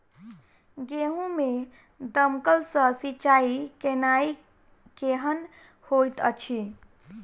गेंहूँ मे दमकल सँ सिंचाई केनाइ केहन होइत अछि?